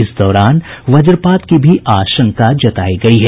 इस दौरान वज्रपात की भी आशंका जताई गई है